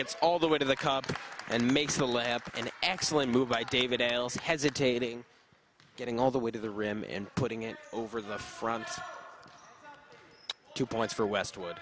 gets all the way to the car and makes a left and excellent move by david else hesitating getting all the way to the rim and putting it over the front two points for westwood